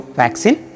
vaccine